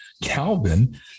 Calvin